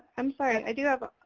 i'm sorry, i do have,